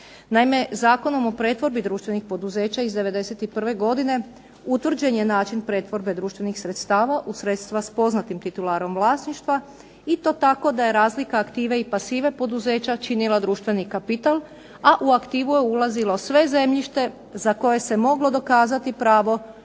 Naime, Zakonom o pretvorbi društvenih poduzeća iz '91. godine utvrđen je način pretvorbe društvenih sredstva u sredstva s poznatim titularom vlasništva i to tako da je razlika aktive i pasive poduzeća činila društveni kapital, a u aktivu je ulazilo sve zemljište za koje se moglo dokazati pravo